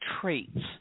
traits